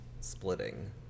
splitting